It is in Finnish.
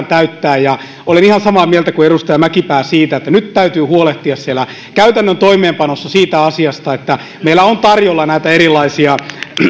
täyttää ja olen ihan samaa mieltä kuin edustaja mäkipää siitä että nyt täytyy huolehtia siellä käytännön toimeenpanossa siitä asiasta että meillä on tarjolla näitä erilaisia